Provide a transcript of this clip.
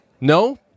No